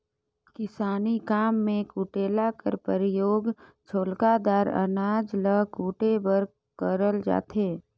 किसानी काम मे कुटेला कर परियोग छोकला दार अनाज ल कुटे बर करल जाथे